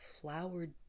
flowered